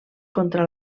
contra